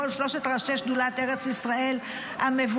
כל שלושת ראשי שדולת ארץ ישראל המבורכת,